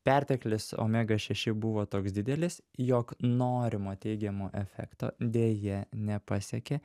perteklius omega šeši buvo toks didelis jog norimo teigiamo efekto deja nepasiekė